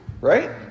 right